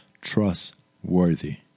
trustworthy